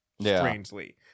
strangely